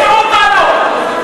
רבותי.